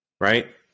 right